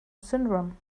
syndrome